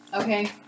Okay